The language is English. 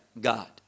God